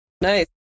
Nice